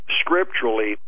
scripturally